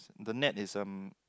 the net is um